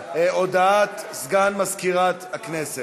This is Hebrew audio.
הודעה לסגן מזכירת הכנסת.